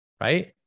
right